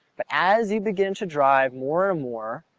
but as you begin to drive more and more,